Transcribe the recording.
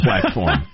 platform